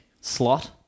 slot